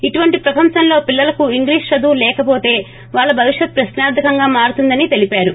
ఇటువంటి ప్రపంచంలో పిల్లలకు ఇంగ్లీష చదువులు లేకపోతే వాళ్ల భవిష్యత్ పశ్నార్థంకంగా మారుతుందని తెలిపారు